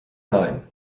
nein